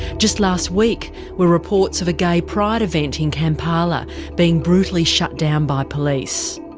just last week were reports of a gay pride event in kampala being brutally shut down by police.